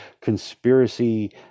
conspiracy